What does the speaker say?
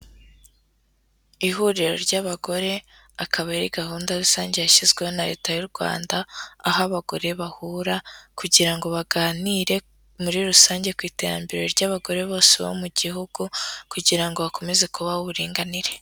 Ihuriro ry'abagore akaba ari gahunda rusange yashyizweho na leta y'u Rwanda, aho abagore bahura kugira ngo baganire muri rusange ku iterambere ry'abagore bose bo mu gihugu kugira ngo hakomeze kubaho uburinganire.